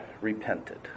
repented